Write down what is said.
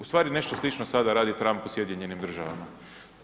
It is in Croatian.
U stvari nešto slično sada radi Trump u SAD-u.